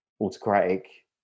autocratic